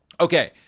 okay